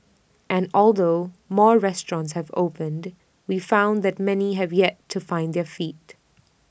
and although more restaurants have opened we found that many have yet to find their feet